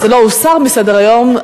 זה לא הוסר מסדר-היום,